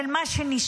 של מה שנשאר.